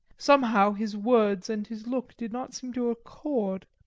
somehow his words and his look did not seem to accord,